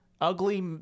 Ugly